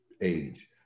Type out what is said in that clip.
age